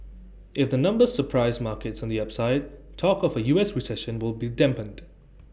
if the numbers surprise markets on the upside talk of A us recession will be dampened